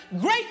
Great